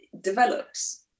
develops